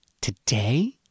Today